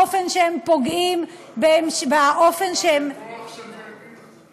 באופן שהם פוגעים, את רוצה בכוח שאני אגיב?